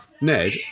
Ned